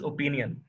Opinion